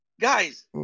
Guys